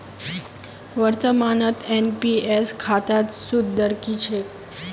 वर्तमानत एन.पी.एस खातात सूद दर की छेक